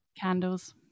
Candles